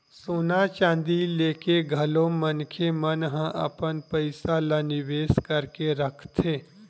सोना चांदी लेके घलो मनखे मन ह अपन पइसा ल निवेस करके रखथे